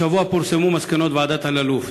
השבוע פורסמו מסקנות ועדת אלאלוף.